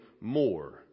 more